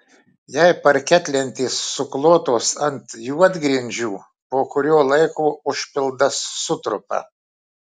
jei parketlentės suklotos ant juodgrindžių po kurio laiko užpildas sutrupa